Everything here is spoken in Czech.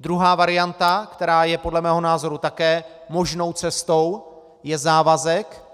Druhá varianta, která je podle mého názoru také možnou cestou, je